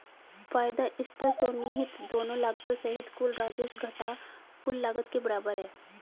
फायदा स्पष्ट और निहित दोनों लागतों सहित कुल राजस्व घटा कुल लागत के बराबर है